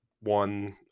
one